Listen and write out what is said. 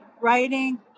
writing